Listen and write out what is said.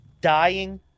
dying